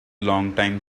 longtime